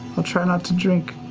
i'll try not to drink